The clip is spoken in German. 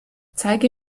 zeige